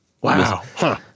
Wow